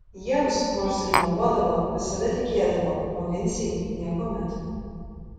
jiems nors ir meluodavo visada tikėdavo o vincei niekuomet